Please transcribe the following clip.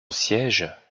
siège